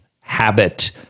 habit